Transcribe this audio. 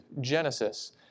Genesis